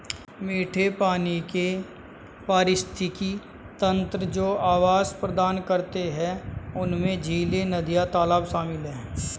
मीठे पानी के पारिस्थितिक तंत्र जो आवास प्रदान करते हैं उनमें झीलें, नदियाँ, तालाब शामिल हैं